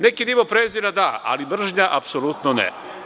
Neki nivo prezira da, ali mržnja apsolutno ne.